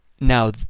Now